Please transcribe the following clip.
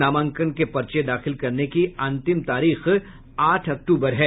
नामांकन पर्चे दाखिल करने की अंतिम तारीख आठ अक्टूबर है